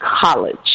college